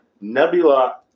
Nebula